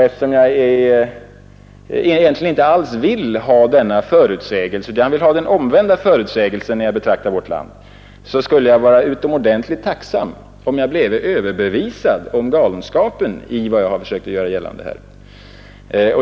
Eftersom jag egentligen inte alls önskar denna förutsägelse, utan vill ha den omvända prognosen när jag betraktar vårt land, skulle jag vara utomordentligt tacksam om jag bleve överbevisad om att jag har fel.